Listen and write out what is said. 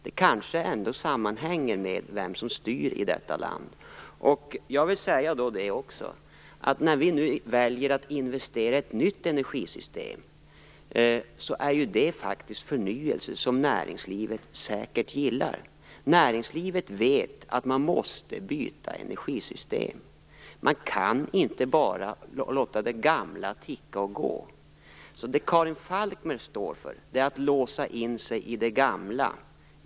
Detta kanske ändå sammanhänger med vem som styr i detta land. Att vi nu väljer att investera i ett nytt energisystem är ju faktiskt en förnyelse som näringslivet säkert gillar. I näringslivet vet man att man måste byta energisystem. Man kan inte bara låta det gamla ticka och gå. Vad Karin Falkmer står för är att man skall låsa in sig i det gamla.